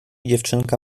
dziewczynka